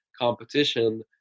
competition